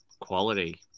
Quality